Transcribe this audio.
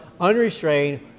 unrestrained